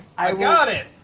i got it!